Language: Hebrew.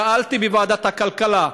שאלתי בוועדת הכלכלה: